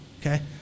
okay